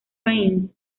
prince